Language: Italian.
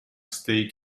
state